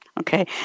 Okay